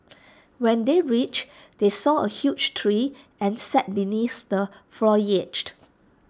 when they reached they saw A huge tree and sat beneath the foliage